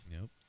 Nope